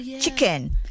Chicken